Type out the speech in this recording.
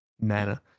manner